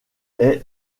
est